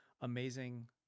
amazing